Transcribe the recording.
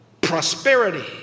prosperity